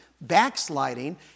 backsliding